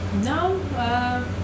No